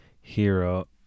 hero